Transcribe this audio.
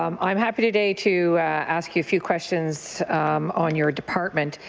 um i am happy today to ask you a few questions on your department.